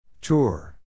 Tour